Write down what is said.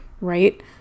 right